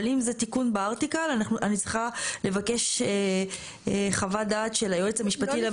אבל אם זה תיקון בארטיקל אני צריכה לבקש חוות דעת של היועץ המשפטי.